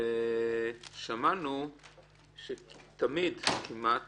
שמענו שתמיד כמעט